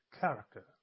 character